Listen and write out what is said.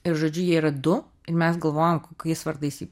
ir žodžiu jie yra du ir mes galvojam kokiais vardais